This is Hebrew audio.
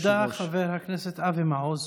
תודה, חבר הכנסת אבי מעוז.